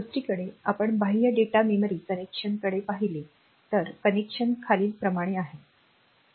दुसरीकडे आपण बाह्य डेटा मेमरी कनेक्शनकडे पाहिले तर कनेक्शन खालीलप्रमाणे आहे